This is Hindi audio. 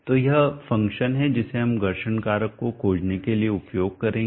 तो यह फ़ंक्शन है जिसे हम घर्षण कारक खोजने के लिए उपयोग करेंगे